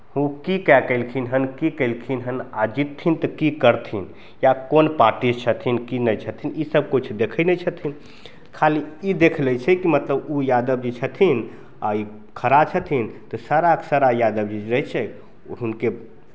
ओ की कए कऽ एलखिन हन की कयलखिन हन आ जितथिन तऽ की करथिन या कोन पार्टीसँ छथिन की नहि छथिन ईसभ किछु देखै नहि छथिन खाली देख ई लै छै कि मतलब ओ यादव जी छथिन आ ई खड़ा छथिन तऽ साराके सारा यादव जी रहै छै ओ हुनके